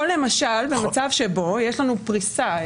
או למשל במצב שבו יש לנו פריסה,